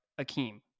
Akeem